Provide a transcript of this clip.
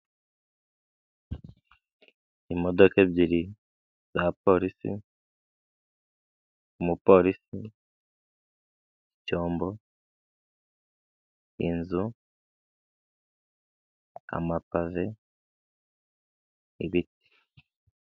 Imodoka ebyiri za polisi, umupolisi, icyombo, inzu, amapave, ibiti.